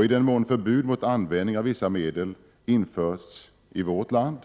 I den mån förbud mot användning av vissa medel införts i vårt land